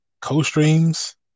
co-streams